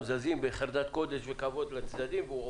זזים בחרדת קודש וכבוד לצדדים והוא עובר.